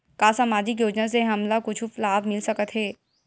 का सामाजिक योजना से हमन ला कुछु लाभ मिल सकत हे?